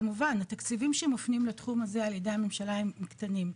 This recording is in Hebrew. כמובן התקציבים שמופנים לתחום הזה על ידי הממשלה הם קטנים,